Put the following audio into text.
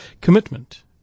Commitment